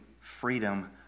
freedom